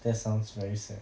that sounds very sad